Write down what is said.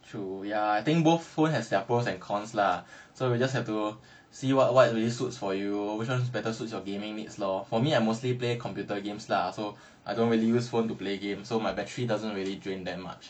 true ya I think both phones have their pros and cons lah so we just have to see what what's really suits for you which one is better suit your gaming needs lor for me I mostly play computer games lah so I don't really use phone to play game so my battery doesn't really drain that much